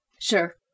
Sure